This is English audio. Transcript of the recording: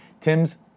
Tim's